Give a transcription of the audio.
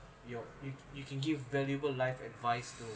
your if you can give valuable life advice to